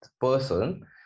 person